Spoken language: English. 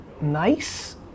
nice